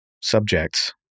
subjects